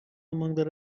among